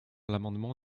l’amendement